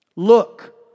Look